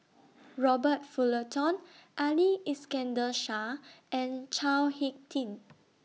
Robert Fullerton Ali Iskandar Shah and Chao Hick Tin